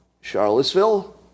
Charlottesville